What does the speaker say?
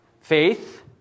Faith